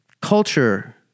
Culture